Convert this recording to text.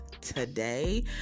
today